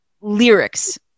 lyrics